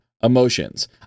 Emotions